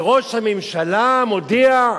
וראש הממשלה מודיע: